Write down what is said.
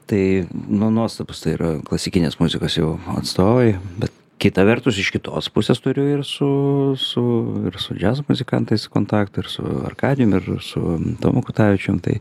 tai nu nuostabūs tai yra klasikinės muzikos jau atstovai bet kita vertus iš kitos pusės turiu ir su su ir su džiazo muzikantais kontaktą ir su arkadijum ir su tomu kutavičium tai